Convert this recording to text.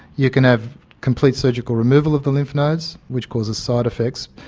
you can have complete surgical removal of the lymph nodes, which causes side-effects,